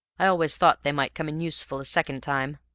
i always thought they might come in useful a second time.